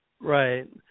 Right